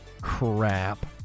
crap